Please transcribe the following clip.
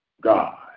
God